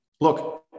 look